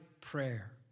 prayer